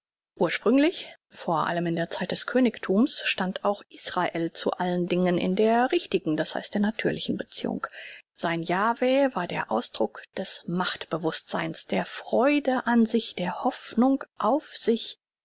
ursprünglich vor allem in der zeit des königthums stand auch israel zu allen dingen in der richtigen das heißt der natürlichen beziehung sein javeh war der ausdruck des macht bewußtseins der freude an sich der hoffnung auf sich